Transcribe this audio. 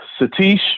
Satish